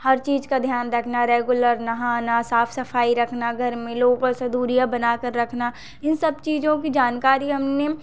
हर चीज का ध्यान रखना रेगुलर नहाना साफ सफाई रखना घर में लोगों दूरियाँ बनाकर रखना इन सब चीज़ों की जानकारी हमने